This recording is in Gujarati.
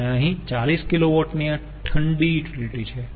અને અહીં 40 KW ની આ ઠંડી યુટીલીટી છે